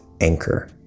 Anchor